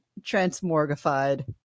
transmorgified